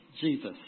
Jesus